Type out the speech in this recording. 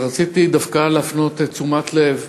אבל רציתי דווקא להפנות את תשומת הלב,